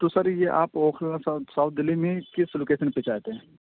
تو سر یہ آپ اوکھلا ساؤتھ ساؤتھ دلی میں کس لوکیسن پے چاہتے ہیں